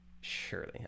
Surely